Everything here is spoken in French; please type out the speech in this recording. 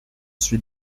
suis